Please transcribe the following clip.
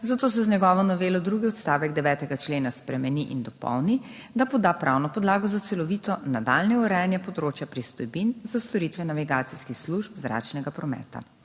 zato se z njegovo novelo drugi odstavek 9. člena spremeni in dopolni, da poda pravno podlago za celovito nadaljnje urejanje področja pristojbin za storitve navigacijskih služb zračnega prometa.